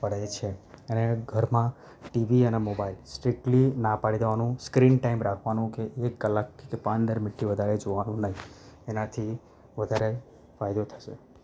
પડે છે અને ઘરમાં ટીવી અને મોબાઈલ સ્ટ્રીકટલી ના પાડી દેવાનું સ્ક્રીન ટાઈમ રાખવાનું કે એક કલાક કે પંદર મિનિટથી વધારે જોવાનું નહીં એનાથી વધારે ફાયદો થશે